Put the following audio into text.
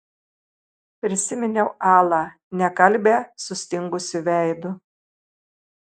prisiminiau alą nekalbią sustingusiu veidu